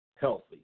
healthy